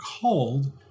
called